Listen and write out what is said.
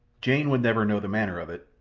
jane would never know the manner of it.